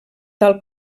tal